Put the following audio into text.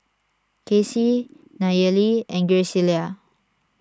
Kaycee Nayeli and Graciela